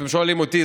אם אתם שואלים אותי,